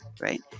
right